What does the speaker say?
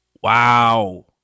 Wow